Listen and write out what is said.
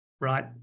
right